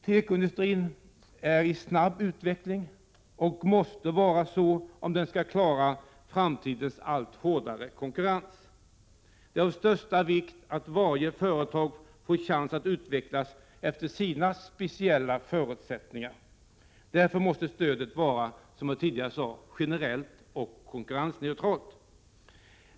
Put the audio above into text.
Tekoindustrin är i snabb utveckling, och måste vara det för att kunna klara framtidens allt hårdare konkurrens. Det är av största vikt att varje företag får chansen att utvecklas efter sina speciella förutsättningar. Därför måste stödet vara, som jag tidigare sade, generellt och konkurrensneutralt.